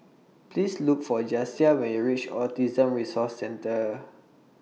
Please Look For Jasiah when YOU REACH Autism Resource Centre